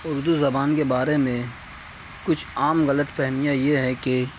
اردو زبان کے بارے میں کچھ عام غلط فہمیاں یہ ہے کہ